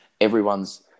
Everyone's